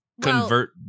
convert